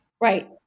right